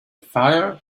fire